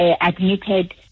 admitted